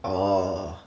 orh